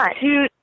two